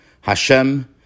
Hashem